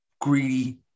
greedy